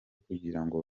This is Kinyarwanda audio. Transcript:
kugirango